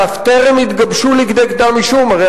שאף טרם התגבשו לכדי קדם אישום" הרי